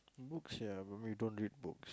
books ya I don't read don't read book